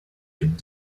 could